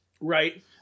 Right